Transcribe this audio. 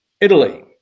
Italy